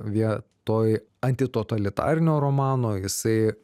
vietoj antitotalitarinio romano jisai